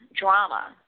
Drama